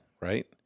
right